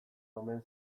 omen